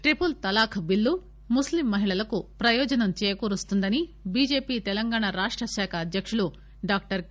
triple talaq bill Muslim మహిళలకు ప్రయోజనం చేకూరుస్తుందని బీజేపీ తెలంగాణ రాష్ట శాఖ అధ్యకుడు డాక్టర్ కే